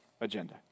agenda